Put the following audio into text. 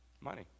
Money